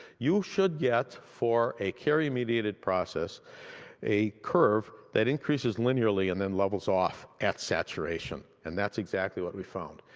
you should get for a carry mediated process a curve that increases linearly and then levels off at saturation. and that's exactly what we found.